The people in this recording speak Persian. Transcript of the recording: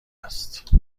است